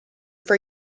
for